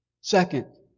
Second